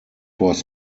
was